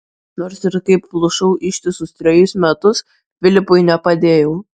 nors ir kaip plušau ištisus trejus metus filipui nepadėjau